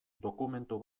dokumentu